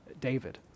David